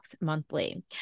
monthly